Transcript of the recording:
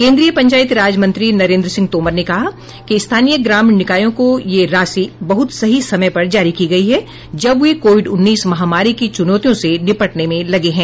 केन्द्रीय पंचायती राज मंत्री नरेन्द्र सिंह तोमर ने कहा कि स्थानीय ग्रामीण निकायों को यह राशि बहुत सही समय पर जारी की गई है जब वे कोविड उन्नीस महामारी की चुनौतियों से निपटने में लगे हैं